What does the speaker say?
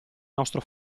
nostro